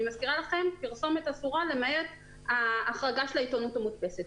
אני מזכירה לכם שפרסומת אסורה למעט ההחרגה של העיתונות המודפסת.